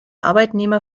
arbeitnehmer